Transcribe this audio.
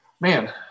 Man